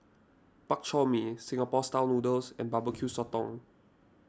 Bak Chor Mee Singapore Style Noodles and BBQ Sotong